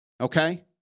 Okay